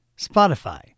Spotify